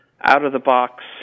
out-of-the-box